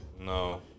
No